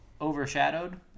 overshadowed